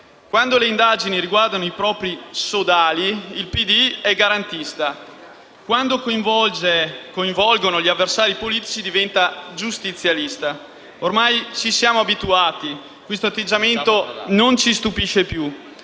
quando le indagini riguardano i propri sodali il PD è garantista; quando coinvolgono gli avversari politici diventa giustizialista. Ormai ci siamo abituati. Questo atteggiamento non ci stupisce più